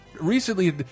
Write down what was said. Recently